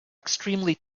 extremely